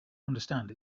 understand